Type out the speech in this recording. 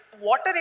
water